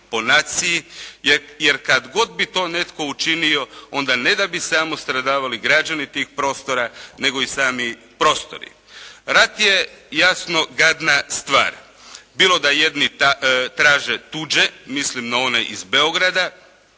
po naciji, jer kad god bi to netko učinio onda ne da bi samo stradavali građani tih prostora nego i sami prostori. Rat je jasno gadna stvar. Bilo da jedni traže tuđe, mislim na one iz Beograda